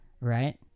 right